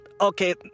Okay